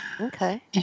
Okay